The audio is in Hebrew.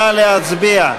נא להצביע.